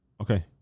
Okay